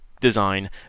design